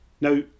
Now